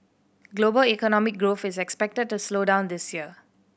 global economic growth is expected to slow down this year